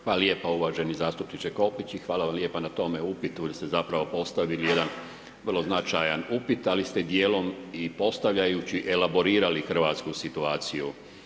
Hvala lijepa uvaženi zastupniče Kopić i hvala vam lijepa na tome upitu jer ste zapravo postavili jedan vrlo značajan upit ali ste djelom i postavljajući elaborirali hrvatsku situaciju.